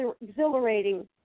exhilarating